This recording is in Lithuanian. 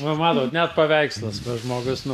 va matot net paveikslas va žmogus nu